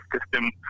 system